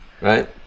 Right